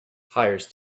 hires